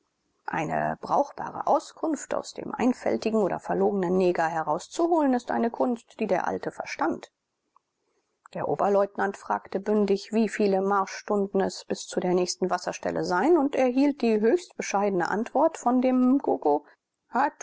eine brauchbare auskunft aus dem einfältigen oder verlogenen neger herauszuholen ist eine kunst die der alte verstand der oberleutnant fragte bündig wie viele marschstunden es bis zu der nächsten wasserstelle seien und erhielt die höchst bescheidene antwort von dem mgogo